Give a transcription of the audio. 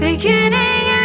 beginning